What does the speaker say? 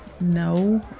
no